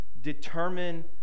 determine